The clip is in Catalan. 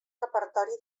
repertori